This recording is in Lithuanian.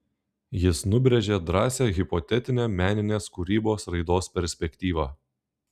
jis nubrėžė drąsią hipotetinę meninės kūrybos raidos perspektyvą